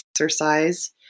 exercise